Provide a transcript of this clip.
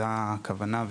זו הכוונה.